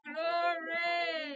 Glory